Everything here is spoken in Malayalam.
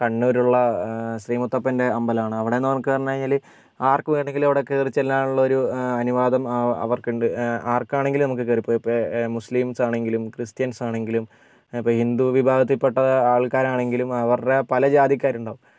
കണ്ണൂരുള്ള ശ്രീമുത്തപ്പൻ്റെ അമ്പലമാണ് അവിടെ നിന്ന് നമുക്ക് പറഞ്ഞ് കഴിഞ്ഞാൽ ആർക്കുവേണമെങ്കിലും കയറിച്ചെല്ലാനുള്ളാരു അനുവാദം അവർക്കുണ്ട് ആർക്കാണെങ്കിലും നമുക്ക് കയറിപ്പോകാം ഇപ്പോൾ മുസ്ലിംസ് ആണെങ്കിലും ക്രിസ്ത്യൻസ് ആണെങ്കിലും അപ്പം ഹിന്ദു വിഭാഗത്തിൽ പെട്ട ആൾക്കാരാണെങ്കിലും അവരുടെ പല ജാതിക്കാരുണ്ടാകും